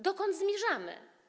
Dokąd zmierzamy?